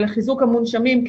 ולחיזוק המונשמים,